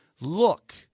Look